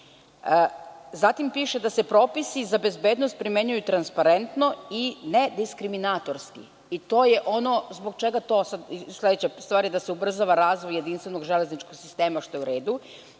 piše da se propisi za bezbednost primenjuju transparentno i nediskriminitaroski i to je ono zbog čega je sledeća stvar da se ubrzava razvoj jedinstvenog železničkog sistema što je u redu.